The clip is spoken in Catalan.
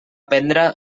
prendre